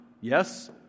Yes